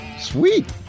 Sweet